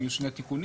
יהיו שני תיקונים.